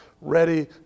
ready